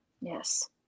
Yes